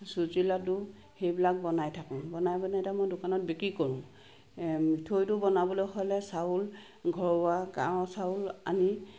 চুজি লাডু সেইবিলাক বনাই থাকো বনাই বনাই তাৰমানে দোকানত বিক্ৰী কৰো মিঠৈটো বনাবলৈ হ'লে চাউল ঘৰুৱা গাঁৱৰ চাউল আনি